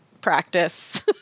practice